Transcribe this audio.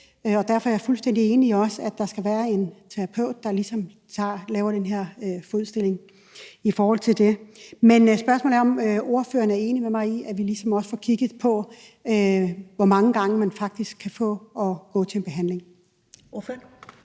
derfor er jeg også fuldstændig enig i, at det skal være en fodterapeut, som udfører den her behandling. Men spørgsmålet er, om ordføreren er enig med mig i, at vi ligesom også får kigget på, hvor mange gange man faktisk kan få tilskud til at gå til en behandling.